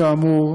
כאמור,